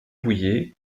bouyer